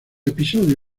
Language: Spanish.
episodio